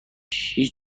هیچ